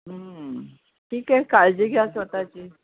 ठीक आहे काळजी घ्या स्वतःची